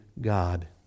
God